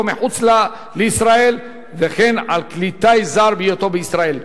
מחוץ לישראל וכן על כלי טיס זר בהיותו בישראל,